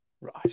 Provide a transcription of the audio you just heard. Right